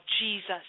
Jesus